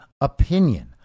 opinion